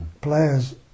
players